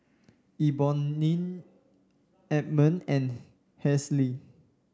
Eboni Edmon and Halsey